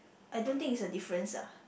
I don't think is a difference ah